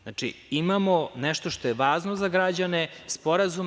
Znači, imamo nešto što je važno za građane, sporazume.